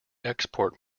export